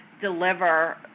deliver